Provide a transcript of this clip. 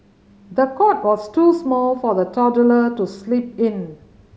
the cot was too small for the toddler to sleep in